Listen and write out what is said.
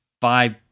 five